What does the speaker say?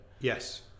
Yes